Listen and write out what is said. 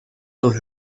dans